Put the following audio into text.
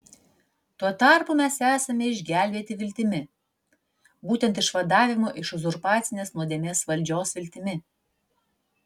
tuo tarpu mes esame išgelbėti viltimi būtent išvadavimo iš uzurpacinės nuodėmės valdžios viltimi